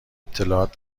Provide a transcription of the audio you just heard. اطلاعات